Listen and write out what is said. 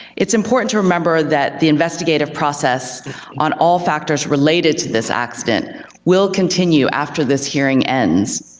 it's important to remember that the investigative process on all factors related to this accident will continue after this hearing ends,